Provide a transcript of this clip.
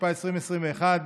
התשפ"א 2021,